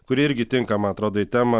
kuri irgi tinka man atrodo į temą